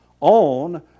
on